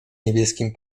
niebieskim